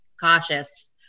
cautious